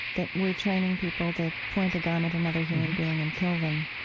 that we're training people to point a gun at another human being and kill them,